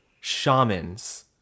shamans